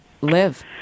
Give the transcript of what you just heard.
live